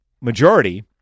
majority